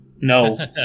no